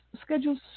schedules